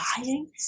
dying